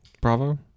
Bravo